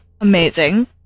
amazing